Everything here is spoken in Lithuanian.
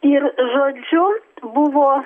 ir žodžiu buvo